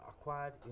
acquired